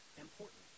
important